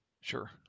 Sure